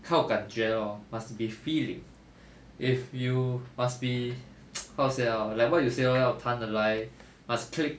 靠感觉 lor must be feeling if you must be how to say ah like what you say lor 要谈得来 must click